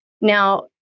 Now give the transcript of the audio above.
now